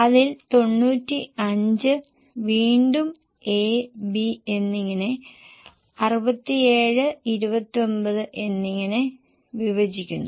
അതിൽ 95 വീണ്ടും A B എന്നിങ്ങനെ 67 29 എന്നിങ്ങനെ വിഭജിക്കപ്പെടുന്നു